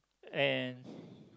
and